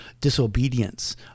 disobedience